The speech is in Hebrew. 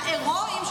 ההירואיים,